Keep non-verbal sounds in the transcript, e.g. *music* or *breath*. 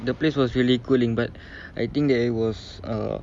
the place was really cooling but *breath* I think there was uh